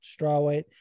strawweight